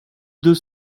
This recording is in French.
deux